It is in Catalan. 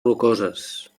rocoses